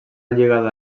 lligada